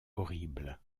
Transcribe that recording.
horrible